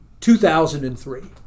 2003